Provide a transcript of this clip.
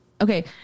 okay